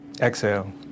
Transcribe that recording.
Exhale